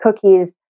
cookies